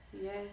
Yes